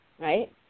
right